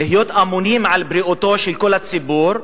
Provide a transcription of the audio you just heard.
להיות אמונים על בריאותו של כל הציבור,